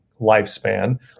lifespan